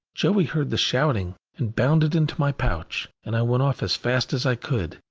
joey heard the shouting and bounded into my pouch, and i went off as fast as i could.